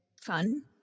fun